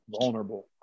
Vulnerable